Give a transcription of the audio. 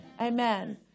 Amen